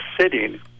sitting